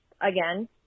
again